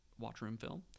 watchroomfilm